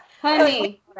Honey